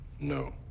No